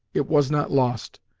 it was not lost,